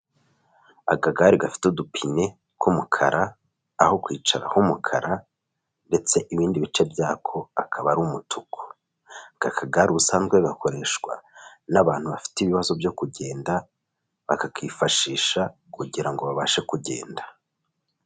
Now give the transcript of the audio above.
Akagare gafite udupine k'umukara, aho kwicaraho h'umukara ndetse ibindi bice byako akaba ari umutuku. Aka kagare ubusanzwe gakoreshwa n'abantu bafite ibibazo byo kugenda, bakakifashisha kugira ngo babashe kugenda.